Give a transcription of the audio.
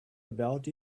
about